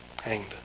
hanged